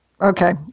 Okay